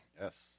Yes